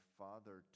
father